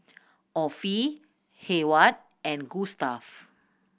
Offie Hayward and Gustav